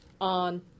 on